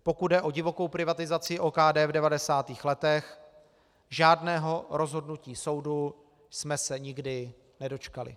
Pokud jde o divokou privatizaci OKD v 90. letech, žádného rozhodnutí soudu jsme se nikdy nedočkali.